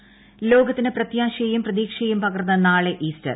Easter ലോകത്തിന് പ്രത്യാശയും പ്രതീക്ഷയും പകർന്ന് നാളെ ഈസ്റ്റർ